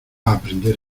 aprender